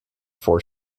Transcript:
for